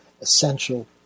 essential